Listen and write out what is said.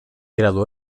graduó